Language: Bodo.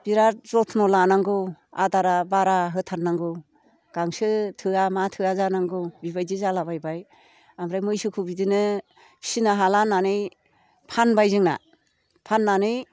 बिराद जथन' लानांगौ आदारा बारा होथारनांगौ गांसो थोआ मा थोआ जानांगौ बिबायदि जालाबायबाय ओमफ्राय मैसोखौ बिदिनो फिसिनो हाला होननानै फानबाय जोंना फाननानै